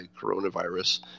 coronavirus